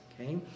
okay